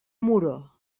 muro